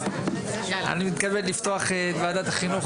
אני מתכבד לפתוח את ישיבת ועדת החינוך,